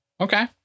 Okay